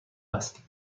هست